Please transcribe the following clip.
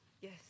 yes